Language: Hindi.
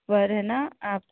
वरना आप